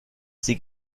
sie